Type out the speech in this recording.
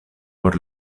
por